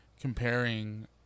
comparing